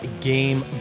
Game